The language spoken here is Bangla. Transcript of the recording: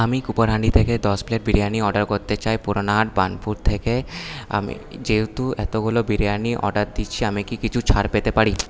আমি কোপারানি থেকে দশ প্লেট বিরিয়ানি অর্ডার করতে চাই পুরোনো বার্নপুর থেকে আমি যেহেতু এতোগুলো বিরিয়ানি অর্ডার দিচ্ছি আমি কি কিছু ছাড় পেতে পারি